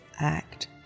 act